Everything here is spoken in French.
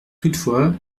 toutefois